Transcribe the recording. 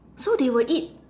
so they will eat